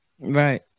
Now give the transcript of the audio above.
right